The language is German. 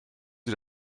sie